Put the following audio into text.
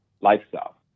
lifestyle